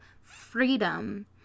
freedom